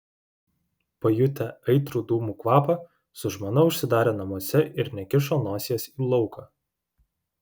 pajutę aitrų dūmų kvapą su žmona užsidarė namuose ir nekišo nosies į lauką